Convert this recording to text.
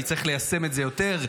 אני צריך ליישם את זה יותר,